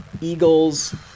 Eagles